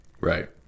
Right